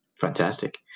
Fantastic